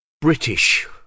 British